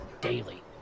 daily